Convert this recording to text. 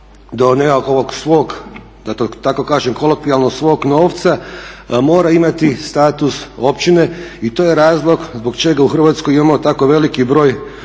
do nekakvog svog da to tako kažem kolokvijalno svog novca mora imati status općine i to je razlog zbog čega u Hrvatskoj imamo tako veliki broj